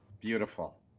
Beautiful